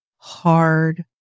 hard